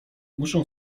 muszę